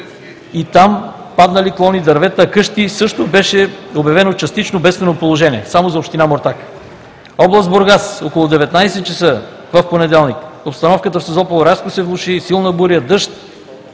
и там паднали клони, дървета, къщи и също беше обявено частично бедствено положение, само за община Омуртаг. Област Бургас – около 19,00 ч. в понеделник, обстановката в Созопол рязко се влоши, силна буря, дъжд,